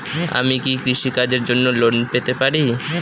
আমি কি কৃষি কাজের জন্য লোন পেতে পারি?